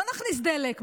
לא נכניס דלק,